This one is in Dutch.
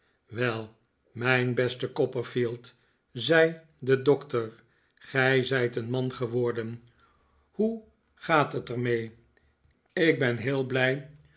wel mijn beste copperfield zei de doctor gij zijt een man geworden hoe gaat het er mee ik ben heel blij